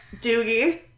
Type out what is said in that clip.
Doogie